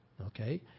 Okay